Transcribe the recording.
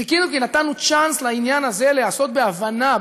חיכינו כי נתנו צ'אנס לעניין הזה להיעשות בהבנה,